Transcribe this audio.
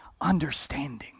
understanding